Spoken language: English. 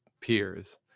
peers